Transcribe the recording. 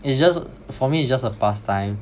it's just for me it's just a pastime